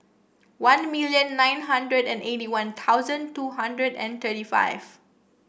one million nine hundred and eighty One Thousand two hundred and thirty five